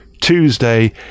tuesday